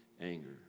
anger